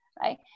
right